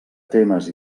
temes